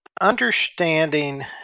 understanding